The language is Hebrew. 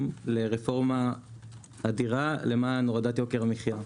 לרפורמה אדירה למען הורדת יוקר המחיה.